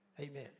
Amen